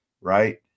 right